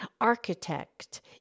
architect